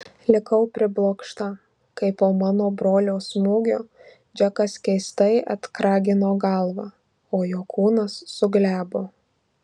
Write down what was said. likau priblokšta kai po mano brolio smūgio džekas keistai atkragino galvą o jo kūnas suglebo